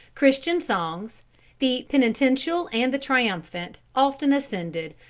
christian songs, the penitential and the triumphant, often ascended,